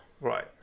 Right